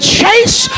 chase